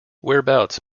whereabouts